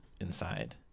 inside